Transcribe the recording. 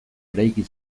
eraiki